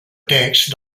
text